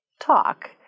talk